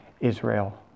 Israel